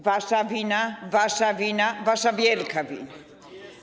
Wasza wina, wasza wina, wasza wielka wina.